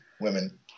Women